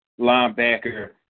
linebacker